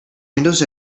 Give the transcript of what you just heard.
windows